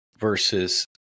versus